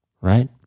Right